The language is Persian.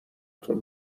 تون